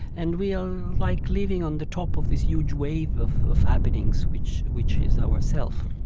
and we are like living on the top of this huge wave of of happenings which which is our self,